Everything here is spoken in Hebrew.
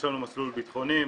יש לנו מסלול ביטחוני,